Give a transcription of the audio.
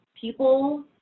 people